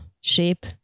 shape